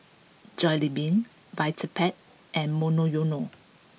Jollibean Vitapet and Monoyono